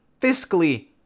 fiscally